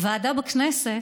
הוועדה בכנסת